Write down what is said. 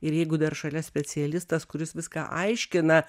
ir jeigu dar šalia specialistas kuris viską aiškina